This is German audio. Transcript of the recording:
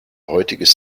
heutiges